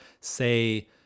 say